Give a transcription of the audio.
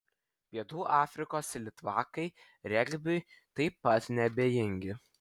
pietų afrikos litvakai regbiui taip pat neabejingi